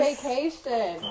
Vacation